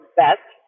best